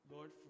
Lord